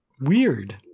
Weird